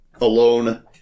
alone